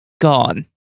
gone